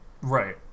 Right